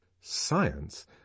Science